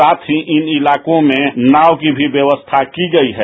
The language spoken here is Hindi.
साथ ही इन इलाकों में नाव की व्यवस्था मी की गयी है